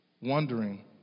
wondering